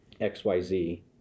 XYZ